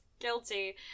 Guilty